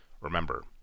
remember